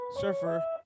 Surfer